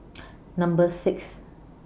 Number six